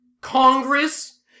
Congress